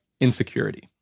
insecurity